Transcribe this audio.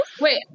Wait